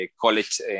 college